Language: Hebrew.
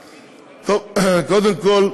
טוב, קודם כול,